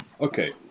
Okay